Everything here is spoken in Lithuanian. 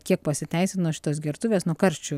kiek pasiteisino šitos gertuvės nuo karščių